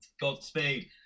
Godspeed